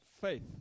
faith